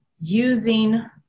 using